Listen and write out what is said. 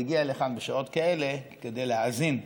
והגיע לכאן בשעות כאלה כדי להאזין לנאומים.